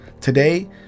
Today